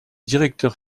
directeur